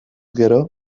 gero